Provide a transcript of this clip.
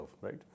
right